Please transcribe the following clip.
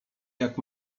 jak